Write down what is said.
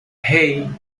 hey